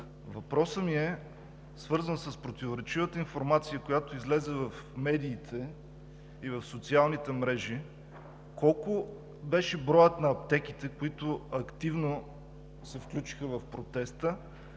Въпросът ми е свързан с противоречивата информация, която излезе в медиите и в социалните мрежи: колко беше броят на аптеките, които активно се включиха в протеста?